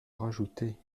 rajouter